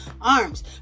arms